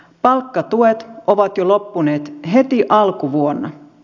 palkkatuet ovat loppuneet jo heti alkuvuonna